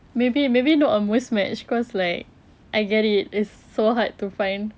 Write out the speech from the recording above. maybe maybe not a muzmatch cause like I get it it's so hard to find